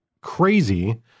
crazy